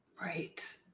Right